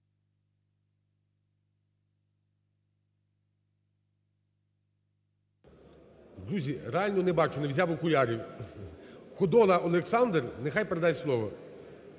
Друзі, реально не бачу, не взяв окулярів. Кодола Олександр нехай передасть слово.